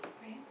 prep